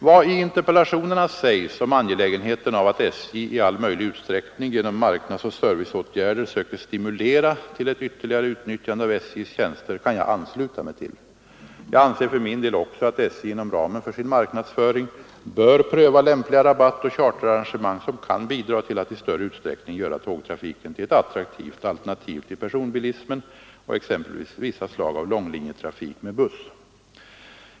Vad i interpellationerna sägs om angelägenheten av att SJ i all möjlig utsträckning genom marknadsoch serviceåtgärder söker stimulera till ett ytterligare utnyttjande av SJ:s tjänster kan jag ansluta mig till. Jag anser för min del också att SJ — inom ramen för sin marknadsföring — bör pröva lämpliga rabattoch charterarrangemang som kan bidra till att i större utsträckning göra tågtrafiken till ett attraktivt alternativ till personbilismen och exempelvis vissa slag av långlinjetrafik med buss.